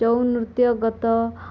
ଛଉନୃତ୍ୟ ଗତ